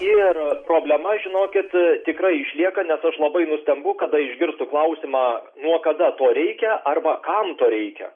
ir problema žinokit tikrai išlieka nes aš labai nustembu kada išgirstu klausimą nuo kada to reikia arba kam to reikia